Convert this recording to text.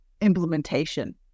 implementation